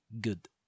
good